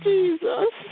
Jesus